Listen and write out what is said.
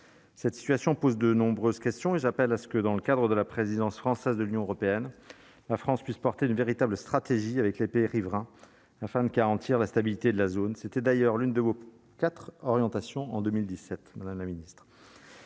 cette situation pose de nombreuses questions et j'appelle à ce que dans le cadre de la présidence française de l'Union européenne, la France puisse porter une véritable stratégie avec les pays riverains afin de garantir la stabilité de la zone, c'était d'ailleurs l'une de vos quatre orientation en 2017 madame la Ministre,